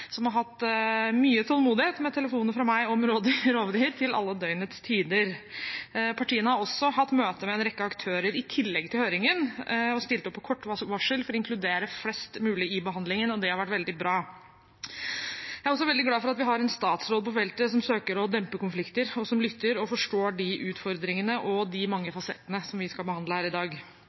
som har hatt mye tålmodighet med telefoner fra meg om rovdyr, til alle døgnets tider. Partiene har også hatt møter med en rekke aktører, i tillegg til høringen, og stilt opp på kort varsel for å inkludere flest mulig i behandlingen, og det har vært veldig bra. Jeg er også veldig glad for at vi har en statsråd på feltet som søker å dempe konflikter, som lytter og forstår utfordringene og de mange fasettene som vi skal behandle her i dag.